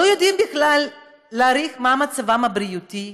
לא יודעים בכלל להעריך מה מצבם הבריאותי.